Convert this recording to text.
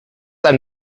ein